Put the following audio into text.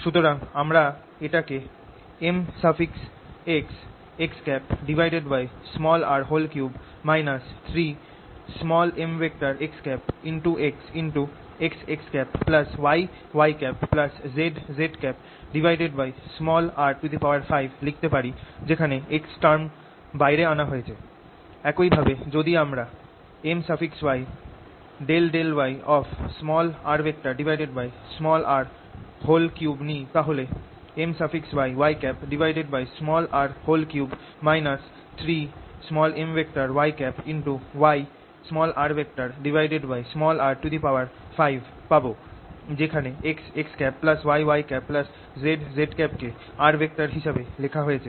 সুতরাং আমরা এটা কে mxxr3 xxxyyzzr5 লিখতে পারি যেখানে x টার্ম বাইরে আনা হয়েছে একইভাবে যদি আমরা আমার my∂y নি তাহলে myyr3 yrr5 পাব যেখানে xxyyzz কে r হিসেবে লেখা হয়েছে